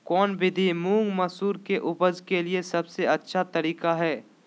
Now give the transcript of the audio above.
कौन विधि मुंग, मसूर के उपज के लिए सबसे अच्छा तरीका है?